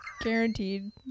Guaranteed